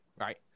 right